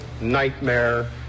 nightmare